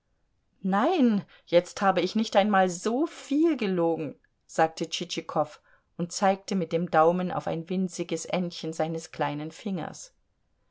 nein jetzt habe ich nicht einmal so viel gelogen sagte tschitschikow und zeigte mit dem daumen auf ein winziges endchen seines kleinen fingers